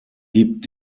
gibt